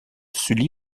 sully